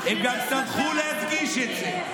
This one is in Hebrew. הם גם שמחו להדגיש את זה.